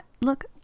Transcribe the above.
Look